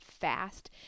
fast